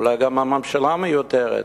אולי גם הממשלה מיותרת.